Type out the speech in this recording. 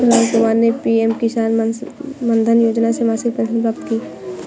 रामकुमार ने पी.एम किसान मानधन योजना से मासिक पेंशन प्राप्त की